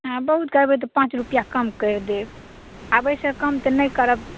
बहुत करबै तऽ पाँच रुपैआ कम करि देब आब एहिसँ कम तऽ नहि करब